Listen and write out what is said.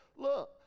Look